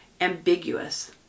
ambiguous